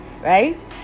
right